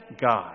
God